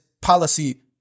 policy